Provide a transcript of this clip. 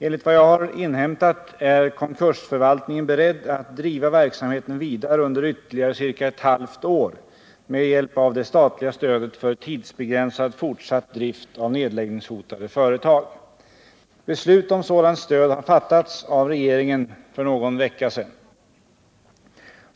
Enligt vad jag har inhämtat är konkursförvaltningen beredd att driva verksamheten vidare under ytterligare ca ett halvt år med hjälp av det statliga stödet för tidsbegränsad fortsatt drift av nedläggningshotade företag. Beslut om sådant stöd har fattats av regeringen för någon vecka sedan.